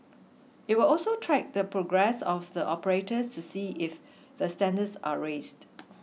it will also track the progress of the operators to see if the standards are raised